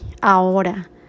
ahora